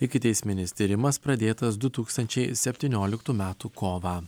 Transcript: ikiteisminis tyrimas pradėtas du tūkstančiai septynioliktų metų kovą